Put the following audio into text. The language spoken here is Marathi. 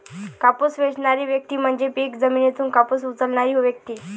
कापूस वेचणारी व्यक्ती म्हणजे पीक जमिनीतून कापूस उचलणारी व्यक्ती